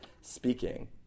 speaking